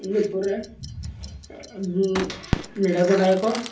ᱤᱱᱟᱹ ᱯᱚᱨᱮ ᱱᱮᱰᱟ ᱜᱚᱸᱰᱟᱭᱟᱠᱚ